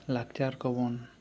ᱞᱟᱠᱪᱟᱨ ᱠᱚᱵᱚᱱ